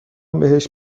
بهش